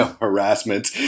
harassment